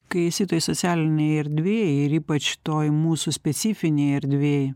kai esi toj socialinėj erdvėj ir ypač toj mūsų specifinėj erdvėj